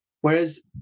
Whereas